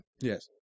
yes